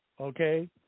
Okay